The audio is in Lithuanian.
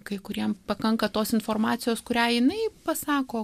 kai kuriem pakanka tos informacijos kurią jinai pasako